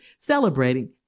celebrating